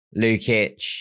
Lukic